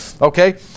Okay